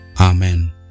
Amen